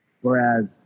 Whereas